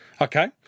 Okay